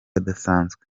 adasanzwe